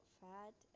fat